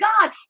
God